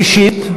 ראשית,